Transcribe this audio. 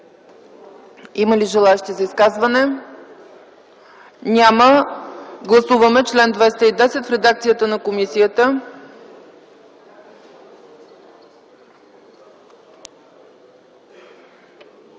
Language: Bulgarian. Има ли изказвания? Няма. Гласуваме чл. 211 в редакцията на комисията.